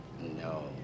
No